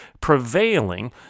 prevailing